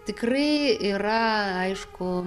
tikrai yra aišku